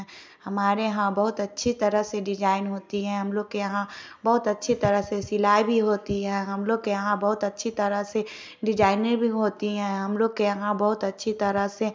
हमारे यहाँ बहुत अच्छी तरह से डिजाईन होती है हम लोग के यहाँ बहुत अच्छी तरह से सिलाई भी होती है हम लोग के यहाँ बहुत अच्छी तरह से डिजाईने भी होती हैं हम लोग के यहाँ बहुत अच्छी तरह से